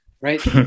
right